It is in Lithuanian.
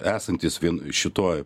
esantys vien šitoj